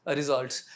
results